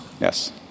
Yes